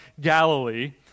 Galilee